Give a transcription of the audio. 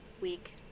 week